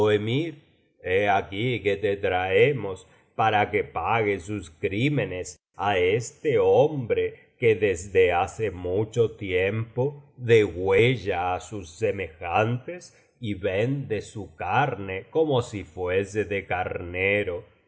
he aquí que te traemos para que pague sus crímenes á este hombre que desde hace mucho tiempo degüella á sus semejantes y vende su carne como si fuese de carnero